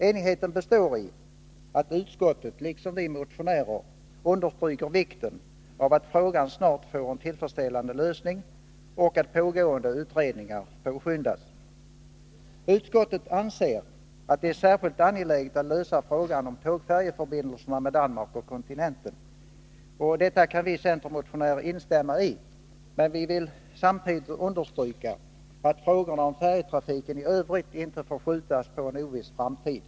Enigheten består i att utskottet — liksom vi motionärer — understryker vikten av att frågan snarast får en tillfredsställande lösning och att pågående utredningar påskyndas. Utskottet anser att det är särskilt angeläget att lösa frågan om tågfärjeförbindelserna med Danmark och kontinenten. Detta kan vi centermotionärer instämma i, men vi vill samtidigt understryka att frågorna om färjetrafiken i övrigt inte får skjutas på en oviss framtid.